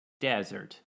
desert